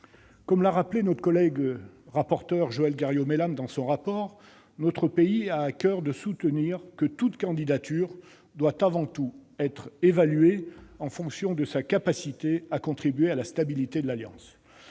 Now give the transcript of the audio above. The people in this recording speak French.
Comme l'a rappelé notre rapporteur Joëlle Garriaud-Maylam dans son rapport, notre pays a à coeur de soutenir que toute candidature doit, avant tout, être évaluée en fonction de sa capacité à contribuer à la stabilité de l'alliance,